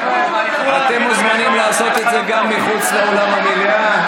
אתם מוזמנים לעשות את זה גם מחוץ לאולם המליאה.